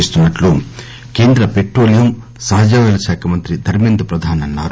చేస్తున్నట్టు కేంద్ర పెట్రోలియం సహజవాయువుల శాఖ మంత్రి ధర్మేంద్ర ప్రధాస్ అన్నారు